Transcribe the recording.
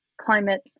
climate